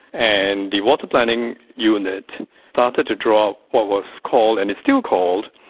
and the water planning unit started to draw up what was called and is still called,